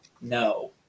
No